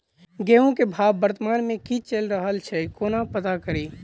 गेंहूँ केँ भाव वर्तमान मे की चैल रहल छै कोना पत्ता कड़ी?